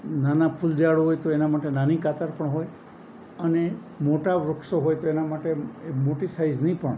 નાના ફુલ ઝાડ હોય તો એના માટે નાની કાતર પણ હોય અને મોટા વૃક્ષો હોય તો એના માટે એ મોટી સાઈઝની પણ